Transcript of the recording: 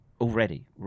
already